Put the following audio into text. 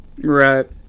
Right